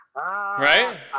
Right